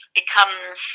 becomes